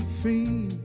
free